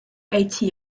eighty